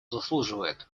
заслуживает